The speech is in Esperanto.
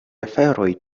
aferoj